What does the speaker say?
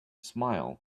smile